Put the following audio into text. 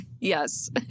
Yes